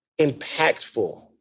impactful